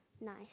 nice